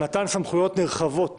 במתן סמכויות נרחבות